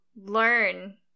learn